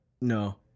No